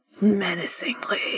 Menacingly